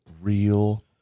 real